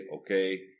okay